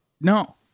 No